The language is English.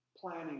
planning